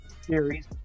series